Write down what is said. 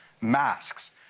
masks